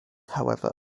however